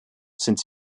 sind